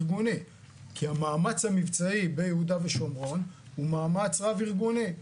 המאמץ המבצעי ביהודה ושומרון הוא מאמץ רב ארגוני,